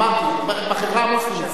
אמרתי, בחברה המוסלמית.